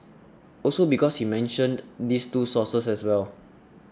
also because he mentioned these two sources as well